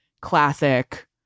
classic